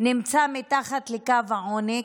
נמצא מתחת לקו העוני,